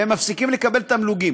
והם מפסיקים לקבל תמלוגים.